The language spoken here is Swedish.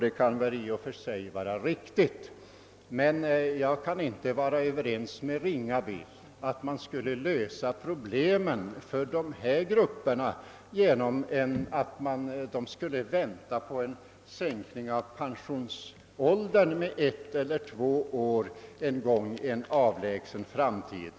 Det kan i och för sig vara riktigt, men jag kan inte vara överens med herr Ringaby om att man skulle lösa problemet för dessa grupper genom att utlova en reform, som innebär en sänkning av pensionsåldern med ett eller två år men som kanske kan genomföras först i en avlägsen framtid.